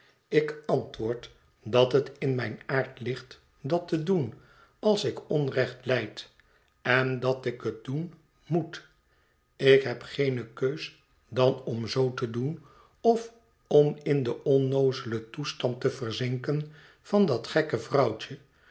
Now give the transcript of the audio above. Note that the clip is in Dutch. ik antwoord dat het in mijn aard ligt dat te doen als ik onrecht lijd en dat ik het doen moet ik heb geene keus dan om zoo te doen of om in den onnoozelen toestand te verzinken van dat gekke vrouwtje